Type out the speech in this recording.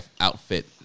outfit